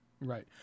Right